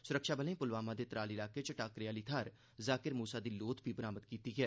सुरक्षाबलें पुलवामा दे त्राल इलाके च टाकरे आली थाह्र जाकिर मूसा दी लोथ बी बरामद कीती ऐ